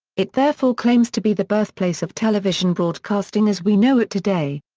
it therefore claims to be the birthplace of television broadcasting as we know it today.